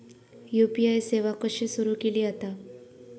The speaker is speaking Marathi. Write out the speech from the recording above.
यू.पी.आय सेवा कशी सुरू केली जाता?